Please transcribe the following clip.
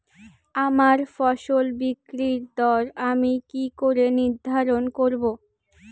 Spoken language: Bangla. আমার ফসল বিক্রির দর আমি কি করে নির্ধারন করব?